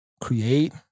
Create